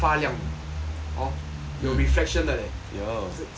hor 有 reflection 的 leh 这个枪